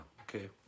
okay